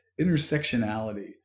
Intersectionality